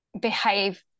behave